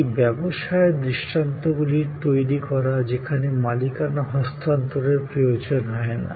এই ব্যবসায়ের দৃষ্টান্তগুলির তৈরী করা যেখানে মালিকানা হস্তান্তরের প্রয়োজন হয় না